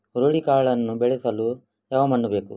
ಹುರುಳಿಕಾಳನ್ನು ಬೆಳೆಸಲು ಯಾವ ಮಣ್ಣು ಬೇಕು?